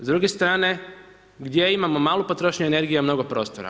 S druge strane gdje imamo malu potrošnju energije, mnogo prostora?